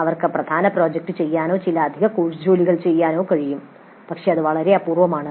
അവർക്ക് പ്രധാന പ്രോജക്റ്റ് ചെയ്യാനോ ചില അധിക കോഴ്സ് ജോലികൾ ചെയ്യാനോ കഴിയും പക്ഷേ അത് വളരെ അപൂർവമാണ്